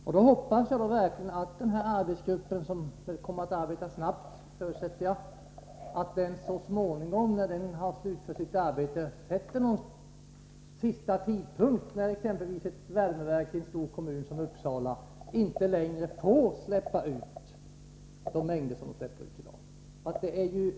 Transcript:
Jag hoppas verkligen att denna arbetsgrupp — som jag förutsätter kommer att arbeta snabbt — när den så småningom har slutfört sitt arbete fastställer en sista tidpunkt när exempelvis ett värmeverk i en stor kommun som Uppsala inte längre får släppa ut de mängder av föroreningar som det släpper ut i dag.